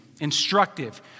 instructive